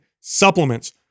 supplements